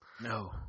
No